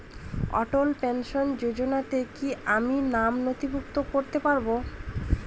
অটল pension যোজনাতে কি আমি নাম নথিভুক্ত করতে পারবো?